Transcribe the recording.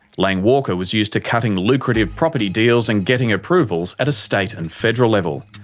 lang walker was used to cutting lucrative property deals and getting approvals at a state and federal level.